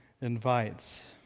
invites